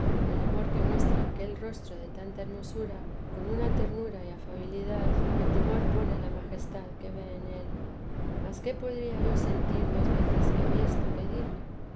el amor que muestra aquel rostro de tanta hermosura con una ternura y afabilidad que temor pone la majestad que ve en él mas qué podría yo sentir dos veces que vi esto que dije